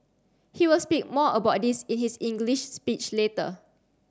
he will speak more about this in his English speech later